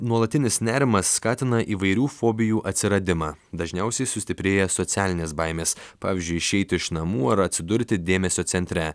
nuolatinis nerimas skatina įvairių fobijų atsiradimą dažniausiai sustiprėja socialinės baimės pavyzdžiui išeiti iš namų ar atsidurti dėmesio centre